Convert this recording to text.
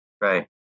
Right